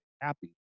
Happy